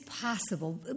possible